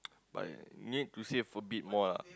but need to save for a bit more lah